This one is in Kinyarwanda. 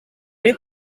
muri